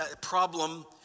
problem